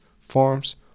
forms